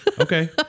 okay